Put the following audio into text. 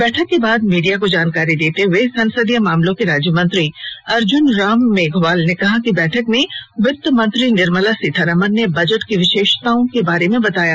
बैठक के बाद मीडिया को जानकारी देते हुए संसदीय मामलों के राज्य मंत्री अर्जुन राम मेघवाल ने कहा कि बैठक में वित्त मंत्री निर्मला सीतारामन ने बजट की विशेषताओं के बारे में बताया